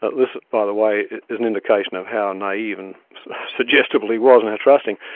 this by the way is an indication of how naive and suggestible he was, and how trusting.